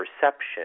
perception